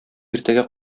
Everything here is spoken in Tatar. иртәгә